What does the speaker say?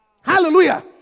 hallelujah